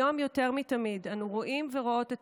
היום יותר מתמיד אנו רואים ורואות את